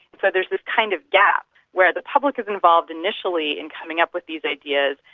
so there's the kind of doubt where the public is involved initially in coming up with these ideas,